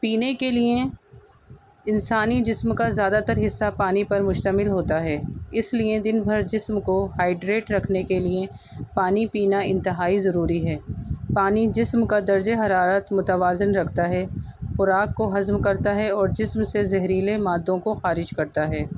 پینے کے لیے انسانی جسم کا زیادہ تر حصہ پانی پر مشتمل ہوتا ہے اس لیے دن بھر جسم کو ہائڈریٹ رکھنے کے لیے پانی پینا انتہائی ضروری ہے پانی جسم کا درجئہ حرارت متوازن رکھتا ہے خوراک کو ہضم کرتا ہے اور جسم سے زہریل مادوں کو خارج کرتا ہے